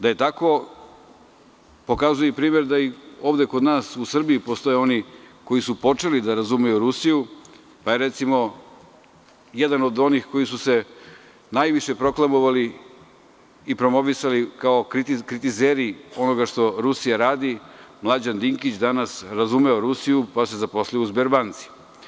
Da je tako, pokazuje i primer da ovde i kod nas u Srbiji postoje oni koji su počeli da razumeju Rusiju, pa je recimo, jedna od onih koji su se najviše proklamovali i promovisali kao kritizeri onoga što Rusija radi, Mlađan Dinkić danas je razumeo Rusiju pa se zaposlio u „Sberbanci“